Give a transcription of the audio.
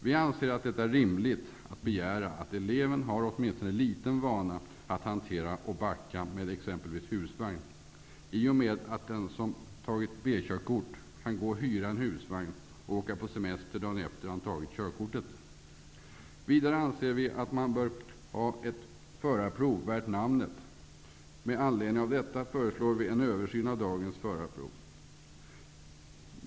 Vi anser att det är rimligt att begära att eleven åtminstone har liten vana att hantera och backa med exempelvis husvagn, i och med att den som tagit B-körkort kan gå och hyra en husvagn och åka på semester dagen efter det att han har tagit körkortet. idare anser vi att man bör ha ett förarprov värt namnet. Med anledning av detta föreslår vi en översyn av dagens förarprov.